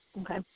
Okay